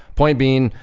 point being,